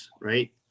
right